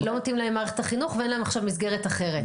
לא מתאימה להם מערכת החינוך ואין להם עכשיו מסגרת אחרת.